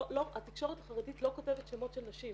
התקשורת החרדית לא כותבת שמות של נשים.